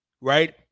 right